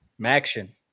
Maction